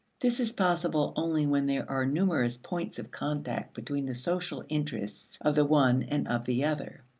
this is possible only when there are numerous points of contact between the social interests of the one and of the other.